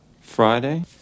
Friday